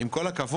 עם כל הכבוד,